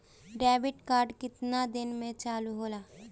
Debit card केतना दिन में चालु होला?